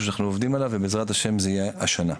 שאנחנו עובדים עליו ובעזרת השם זה יהיה השנה.